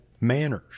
manners